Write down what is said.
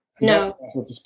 No